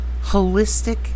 holistic